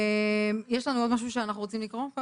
יש עוד משהו שאנחנו רוצים לקרוא?